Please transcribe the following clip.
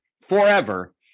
forever